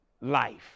life